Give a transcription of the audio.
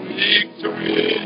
victory